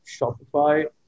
shopify